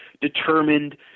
determined